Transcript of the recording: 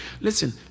Listen